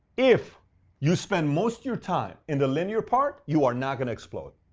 if you spend most of your time in the linear part, you are not going to explode.